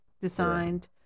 designed